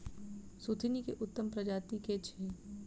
सुथनी केँ उत्तम प्रजाति केँ अछि?